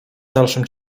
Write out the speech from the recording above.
dalszym